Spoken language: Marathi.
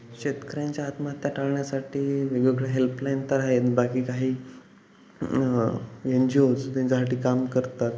शेतकऱ्यांच्या आत्महत्या टाळण्यासाठी वेगवेगळ्या हेल्पलाईन तर आहेत बाकी काही एन जी ओज त्यांच्यासाठी काम करतात